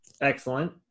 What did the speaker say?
Excellent